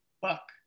Buck